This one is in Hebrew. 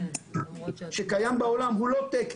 ה-GMP שקיים בעולם הוא לא תקן,